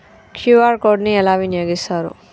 QR code ని ఎలా వినియోగిస్తారు?